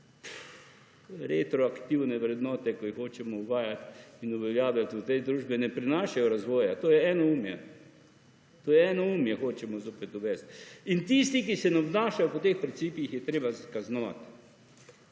retroaktivne vrednote, ki jih hočemo uvajati in uveljavljati v tej družbi, ne prinašajo razvoja. To je enoumje. Enoumje hočemo zopet uvesti. In tisti, ki se ne obnašajo pri teh principih, jih je treba kaznovati.